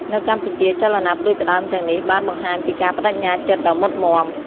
នៅកម្ពុជា ចលនាផ្តួចផ្តើមទាំងនេះបានបង្ហាញពីការប្តេជ្ញាចិត្តដ៏មុតមាំ។